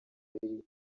ari